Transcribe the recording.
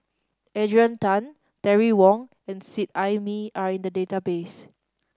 Adrian Tan Terry Wong and Seet Ai Mee are in the database